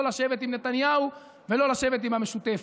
לא לשבת עם נתניהו ולא לשבת עם המשותפת.